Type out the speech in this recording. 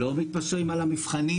לא מתפשרים על המבחנים.